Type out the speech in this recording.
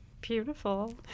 Beautiful